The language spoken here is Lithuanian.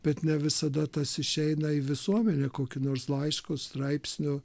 bet ne visada tas išeina į visuomenę kokiu nors laišku straipsnių